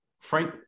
Frank